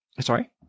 Sorry